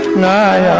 nine